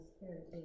Spirit